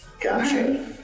Gotcha